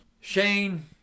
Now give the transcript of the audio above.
Shane